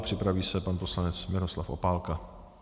Připraví se pan poslanec Miroslav Opálka.